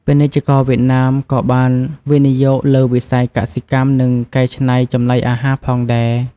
ពាណិជ្ជករវៀតណាមក៏បានវិនិយោគលើវិស័យកសិកម្មនិងកែច្នៃចំណីអាហារផងដែរ។